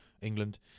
England